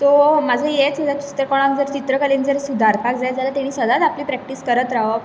so म्हाजो हेंच लक्ष की कोणाक जर चित्रकलेंत सुदारपाक जाय जाल्यार ताणी सदांच आपली प्रेक्टीस करत रावप